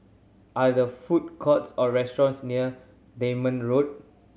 are there food courts or restaurants near Denham Road